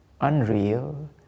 unreal